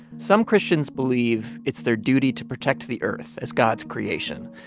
some christians believe it's their duty to protect the earth as god's creation.